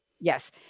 Yes